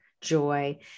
joy